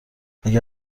اگر